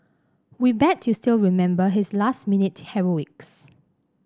we bet you still remember his last minute heroics